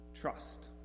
Trust